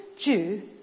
Jew